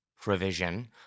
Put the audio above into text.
provision